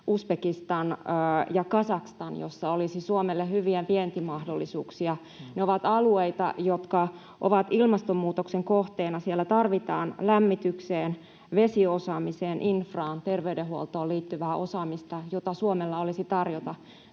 Uzbekistan ja Kazakstan, joissa olisi Suomelle hyviä vientimahdollisuuksia. Ne ovat alueita, jotka ovat ilmastonmuutoksen kohteena. Siellä tarvitaan lämmitykseen, vesiosaamiseen, infraan, terveydenhuoltoon liittyvää osaamista, jota Suomella olisi tarjota.